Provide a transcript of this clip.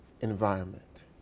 environment